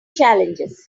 challenges